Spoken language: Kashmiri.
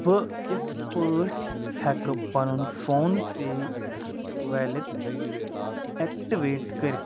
بہٕ کِتھٕ پٲٹھۍ ہٮ۪کہٕ پنُن فون پیٚے ویلٮ۪ٹ اٮ۪کٹِویٹ کٔرِتھ